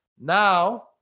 now